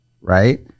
right